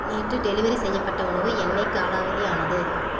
நேற்று டெலிவெரி செய்யப்பட்ட உணவு எண்ணெய் காலாவதி ஆனது